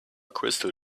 crystal